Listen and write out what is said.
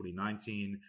2019